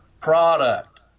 product